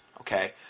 okay